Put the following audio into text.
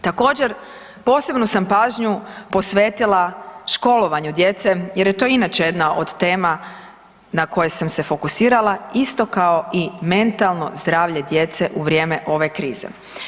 Također, posebnu sam pažnju posvetila školovanju djece jer je to inače jedna od tema na koje sam se fokusirala isto kao i mentalno zdravlje djece u vrijeme ove krize.